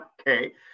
okay